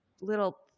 little